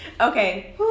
Okay